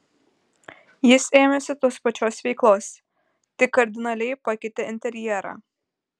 jis ėmėsi tos pačios veiklos tik kardinaliai pakeitė interjerą